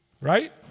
right